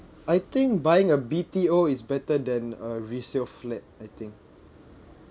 I think buying a B_T_O is better than a resale flat I think